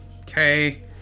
Okay